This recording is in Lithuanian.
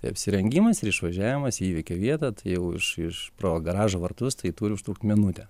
tai apsirengimas ir išvažiavimas į įvykio vietą tai jau iš iš pro garažo vartus tai turi užtrukti minutę